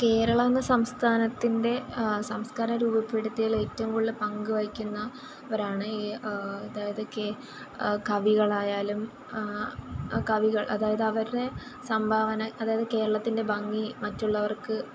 കേരളം എന്ന സംസ്ഥാനത്തിൻറെ സംസ്കാരം രൂപപെടുത്തിയതിൽ ഏറ്റവും കൂടുതൽ പങ്ക് വഹിക്കുന്നവരാണ് അതായത് കെ കവികളായാലും കവികൾ അതായത് അവരെ സംഭാവന അതായത് കേരളത്തിൻ്റെ ഭംഗി മറ്റുള്ളവർക്ക്